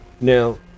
Now